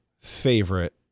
favorite